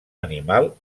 animal